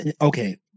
Okay